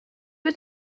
peu